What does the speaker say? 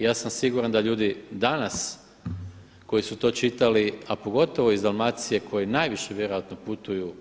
Ja sam siguran da ljudi danas koji su to čitali, a pogotovo iz Dalmacije koji najviše vjerojatno putuju